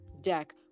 deck